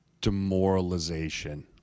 demoralization